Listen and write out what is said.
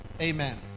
amen